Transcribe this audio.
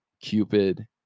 Cupid